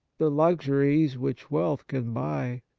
the luxuries which wealth can buy,